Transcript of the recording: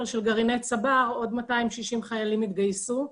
של גרעיני צבר עוד 260 חיילים יתגייסו.